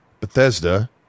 bethesda